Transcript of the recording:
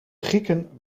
grieken